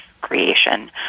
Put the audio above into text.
creation